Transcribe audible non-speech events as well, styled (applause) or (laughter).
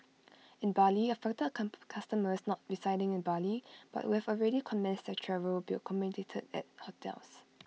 in Bali affected (noise) customers not residing in Bali but who have already commenced their travel will be accommodated at hotels